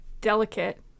delicate